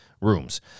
rooms